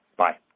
bye